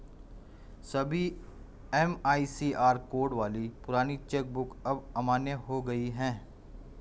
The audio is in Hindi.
सभी एम.आई.सी.आर कोड वाली पुरानी चेक बुक अब अमान्य हो गयी है